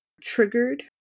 triggered